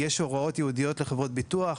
יש הוראות ייעודיות לחברות ביטוח,